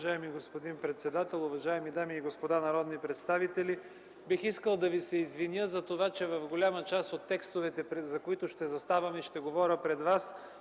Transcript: Уважаеми господин председател, уважаеми дами и господа народни представители! Бих искал да Ви се извиня, че в голяма част от текстовете, за които ще заставам и говоря пред Вас,